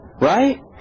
Right